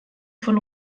von